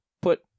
put